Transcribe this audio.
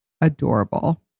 adorable